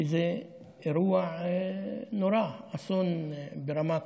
כי זה אירוע נורא, אסון ברמה כזאת.